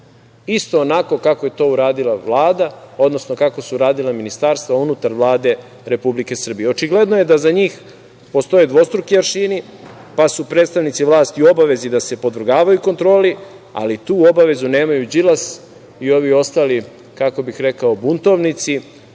isto onako kako je to uradila Vlada, odnosno kako su uradila ministarstva unutar Vlade Republike Srbije? Očigledno je da za njih postoje dvostruki aršini, pa su predstavnici vlasti u obavezi da se podvrgavaju kontroli, ali tu obavezu nemaju Đilas i ovi ostali, kako bih rekao, buntovnici